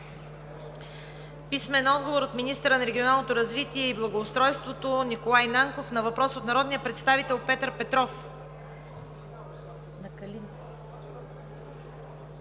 Любомир Бонев; - министъра на регионалното развитие и благоустройството Николай Нанков на въпрос от народния представител Петър Петров;